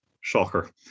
shocker